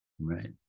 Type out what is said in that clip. Right